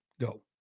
go